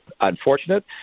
unfortunate